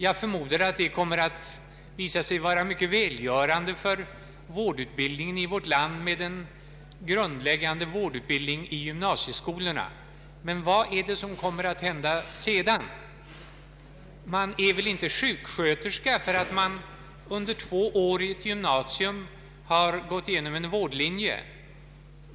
Jag förmodar att det kommer att visa sig mycket välgörande för vårdutbildningen i vårt land med en grundläggande vårdutbildning i gymnasieskolan. Men vad är det som kommer att hända sedan? Man är väl inte sjuksköterska för att man under två år i ett gymnasium gått igenom en vårdlinje.